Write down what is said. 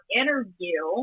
interview